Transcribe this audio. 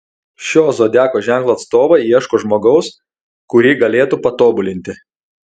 šio zodiako ženklo atstovai ieško žmogaus kurį galėtų patobulinti